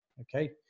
Okay